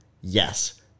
Yes